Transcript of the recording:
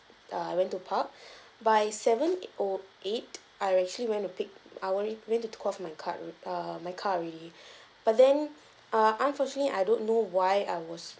err I went to park by seven O eight I actually went to pick I only went to got my card al~ err my car already but then err unfortunately I don't know why I was